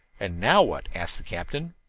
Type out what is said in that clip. and now what? asked the captain.